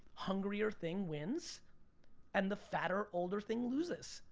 hungrier thing wins and the fatter, older thing loses.